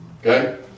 Okay